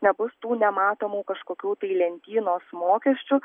nebus tų nematomų kažkokių tai lentynos mokesčių